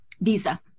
Visa